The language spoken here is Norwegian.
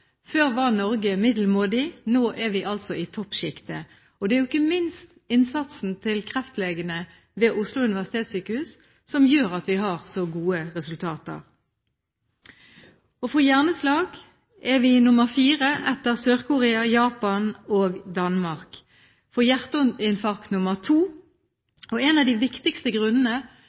Før var Norge middelmådig, nå er vi altså i toppsjiktet. Det er ikke minst innsatsen til kreftlegene ved Oslo universitetssykehus som gjør at vi har så gode resultater. For hjerneslag er vi nummer fire etter Sør-Korea, Japan og Danmark. For hjerteinfarkt er vi nummer to. En av de viktigste grunnene